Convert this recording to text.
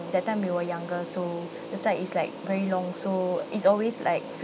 that time we were younger so the slide is like very long so it's always like